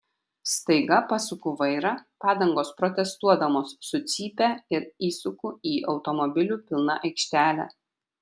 staiga pasuku vairą padangos protestuodamos sucypia ir įsuku į automobilių pilną aikštelę